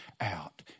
out